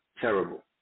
terrible